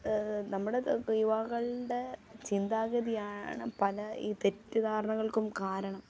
നമ്മുടെ യുവാക്കളുടെ ചിന്താഗതിയാണ് പല ഈ തെറ്റിദ്ധാരണകൾക്കും കാരണം